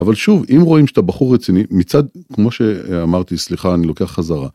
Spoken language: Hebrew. אבל שוב, אם רואים שאתה בחור רציני מצד, כמו שאמרתי, סליחה, אני לוקח חזרה.